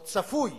או צפוי